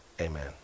amen